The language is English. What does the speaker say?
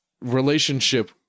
relationship